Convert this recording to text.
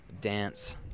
dance